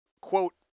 quote